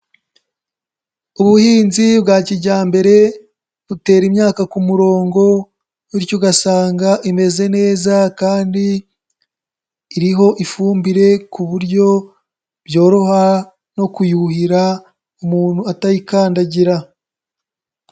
Ubuhinzi bwa kijyambere butera imyaka ku murongo, bityo ugasanga imeze neza kandi iriho ifumbire ku buryo byoroha no kuyuhira umuntu atayikandagira.